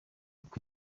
uko